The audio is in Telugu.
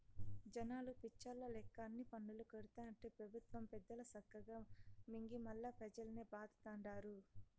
జనాలు పిచ్చోల్ల లెక్క అన్ని పన్నులూ కడతాంటే పెబుత్వ పెద్దలు సక్కగా మింగి మల్లా పెజల్నే బాధతండారు